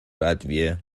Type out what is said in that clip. ادویه